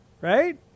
right